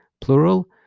Plural